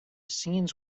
scenes